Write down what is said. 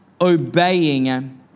obeying